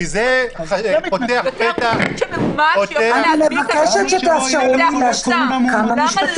כי זה פותח פתח לאי סדרים.